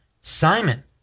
Simon